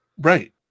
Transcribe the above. right